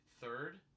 third